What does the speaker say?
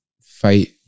fight